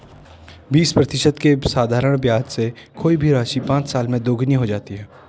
बीस प्रतिशत के साधारण ब्याज से कोई भी राशि पाँच साल में दोगुनी हो जाती है